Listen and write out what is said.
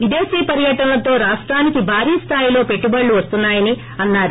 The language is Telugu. విదేశీ పర్యటనలతో రాష్టానికి భారి స్థాయిలో పెట్టుబడులు వస్తున్నాయని అన్నారు